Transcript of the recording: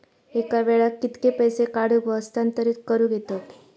एका वेळाक कित्के पैसे काढूक व हस्तांतरित करूक येतत?